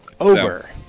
Over